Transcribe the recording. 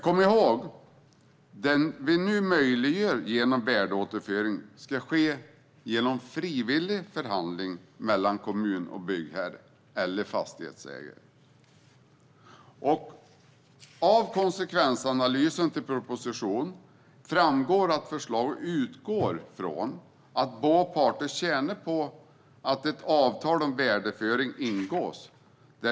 Kom ihåg att det vi nu gör möjligt genom värdeåterföring ska ske genom frivillig förhandling mellan kommun och byggherre eller fastighetsägare. Av konsekvensanalysen till propositionen framgår att förslaget utgår från att båda parter tjänar på att ett avtal om värdeåterföring ingås.